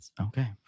okay